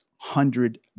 Hundred